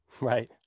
Right